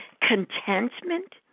contentment